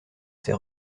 ces